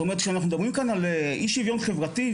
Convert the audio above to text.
כשאנחנו מדברים על אי-שוויון חברתי,